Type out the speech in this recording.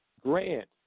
Grant